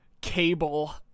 Cable